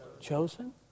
Chosen